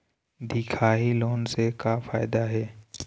दिखाही लोन से का फायदा हे?